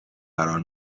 قرار